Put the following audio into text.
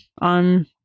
on